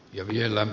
jäljellä